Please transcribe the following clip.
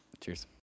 cheers